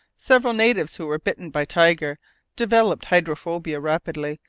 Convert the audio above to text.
several natives who were bitten by tiger developed hydrophobia rapidly,